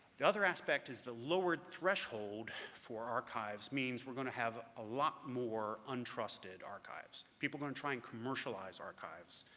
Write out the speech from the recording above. the other aspect is, the lowered threshold for archives means we're going to have a lot more untrusted archives, people are going to try and commercialize archives,